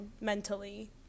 mentally